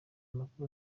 makuru